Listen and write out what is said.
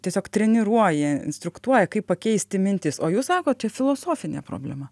tiesiog treniruoja instruktuoja kaip pakeisti mintis o jūs sakot čia filosofinė problema